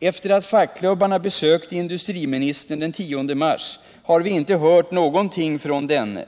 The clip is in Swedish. ”Efter att fackklubbarna besökte industriministern den 10 mars, har vi inte hört någonting från denne.